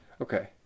Okay